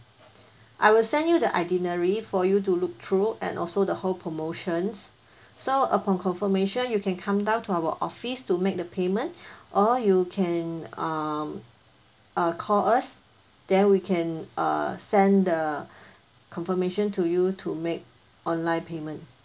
I will send you the itinerary for you to look through and also the whole promotions so upon confirmation you can come down to our office to make the payment or you can um err call us then we can err send the confirmation to you to make online payment